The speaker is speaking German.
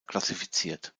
klassifiziert